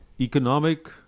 economic